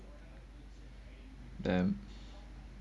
damn